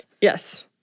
Yes